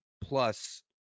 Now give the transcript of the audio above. plus